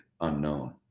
unknown